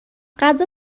غذا